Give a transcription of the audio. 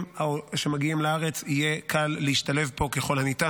שמגיעים לארץ יהיה קל להשתלב פה ככל הניתן.